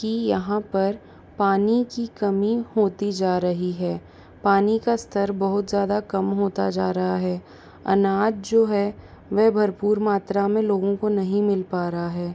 कि यहाँ पर पानी की कमी होती जा रही है पानी का स्तर बहुत ज़्यादा कम होता जा रहा है अनाज जो है वह भरपूर मात्रा में लोगों को नहीं मिल पा रहा है